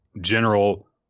general